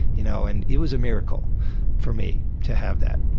y'know, and it was a miracle for me to have that.